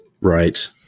Right